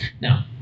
Now